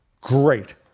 Great